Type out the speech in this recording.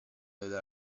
della